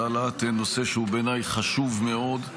על העלאת נושא שבעיניי הוא חשוב מאוד.